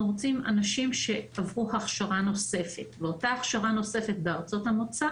רוצים אנשים שעברו הכשרה נוספת ואותה הכשרה נוספת בארצות המוצא